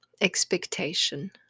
expectation